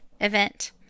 event